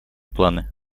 планы